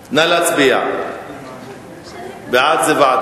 אז אנחנו נעביר את זה